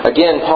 Again